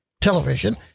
television